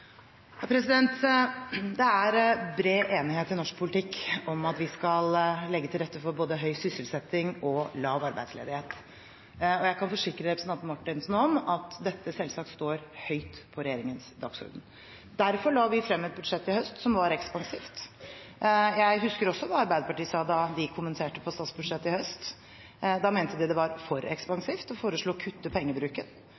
Det er bred enighet i norsk politikk om at vi skal legge til rette for både høy sysselsetting og lav arbeidsledighet. Jeg kan forsikre representanten Marthinsen om at dette selvsagt står høyt på regjeringens dagsorden. Derfor la vi i høst frem et budsjett som var ekspansivt. Jeg husker også hva Arbeiderpartiet sa da de kommenterte statsbudsjettet i høst. Da mente de det var for ekspansivt og foreslo å kutte pengebruken.